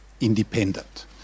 independent